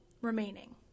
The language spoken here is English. remaining